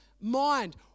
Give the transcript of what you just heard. mind